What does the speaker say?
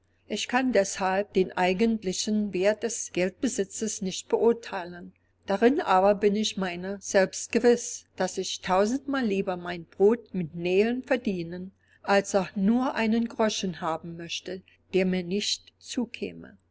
ich kann deshalb den eigentlichen wert des geldbesitzes nicht beurteilen darin aber bin ich meiner selbst gewiß daß ich tausendmal lieber mein brot mit nähen verdienen als auch nur einen groschen haben möchte der mir nicht zukäme